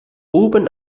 oben